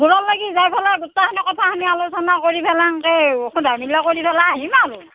ঘৰৰলেকে যাই পেলাই গোটেইখনে কথাখিনি আলোচনা কৰি পেলাই সেনকে সোধা মেলা কৰি পেলাই আহিম আৰু